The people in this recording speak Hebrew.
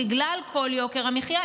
בגלל יוקר המחיה,